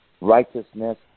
Righteousness